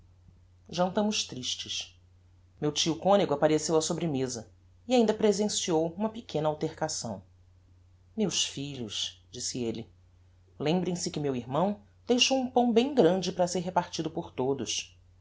elle jantámos tristes meu tio conego appareceu á sobremeza e ainda presenciou uma pequena altercação meus filhos disse elle lembrem se que meu irmão deixou um pão bem grande para ser repartido por todos